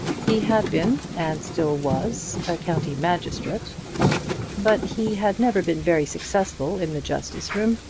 he had been, and still was, a county magistrate but he had never been very successful in the justice-room,